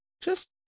Just-